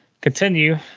Continue